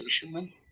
fisherman